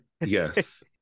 Yes